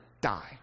die